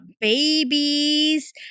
babies